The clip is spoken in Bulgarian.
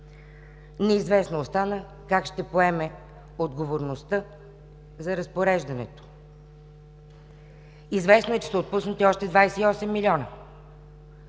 Неизвестно остана как ще поеме отговорността за разпореждането! Известно е, че са отпуснати още 28 милиона,